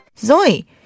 Zoe